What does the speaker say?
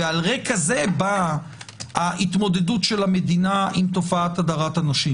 ועל רקע זה באה ההתמודדות של המדינה עם תופעת הדרת הנשים